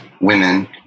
women